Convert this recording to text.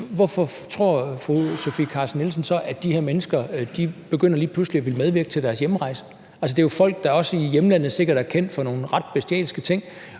hvorfor tror fru Sofie Carsten Nielsen så, at de her mennesker lige pludselig begynder at ville medvirke til deres hjemrejse? Altså, det er jo folk, der også i hjemlandet sikkert er kendt for nogle ret bestialske ting,